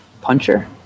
puncher